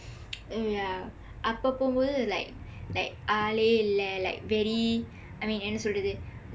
yah அப்ப போகும்போது:appa pookumpoothu like like ஆளே இல்ல:aalee illa like very I mean என்ன சொல்லுறது:enna sollurathu